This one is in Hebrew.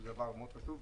וזה דבר מאוד חשוב,